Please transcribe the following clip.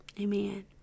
Amen